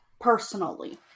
personally